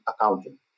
accounting